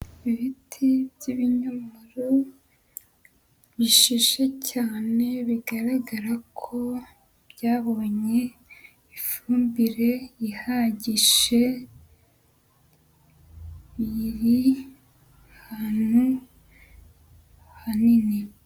Ibiti by'ibinyomoro bishishe cyane bigaragara ko byabonye ifumbire ihagije, iri ahantu hanini.